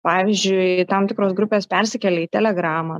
pavyzdžiui tam tikros grupės persikelia į telegramą